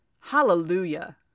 hallelujah